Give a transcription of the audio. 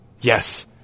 yes